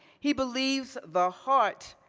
he believes the heart